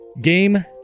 Game